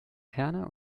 herne